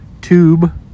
tube